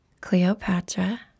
Cleopatra